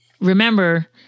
remember